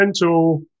mental